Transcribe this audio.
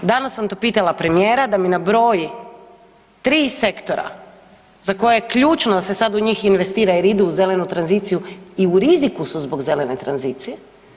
Danas sam to pitala premijera da mi nabroji tri sektora za koje je ključno da se u njih sad investira, jer idu u zelenu tranziciju i u riziku su zbog zelene tranzicije.